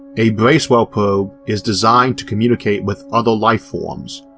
a bracewell probe is designed to communicate with other life forms,